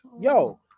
Yo